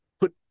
put